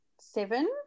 seven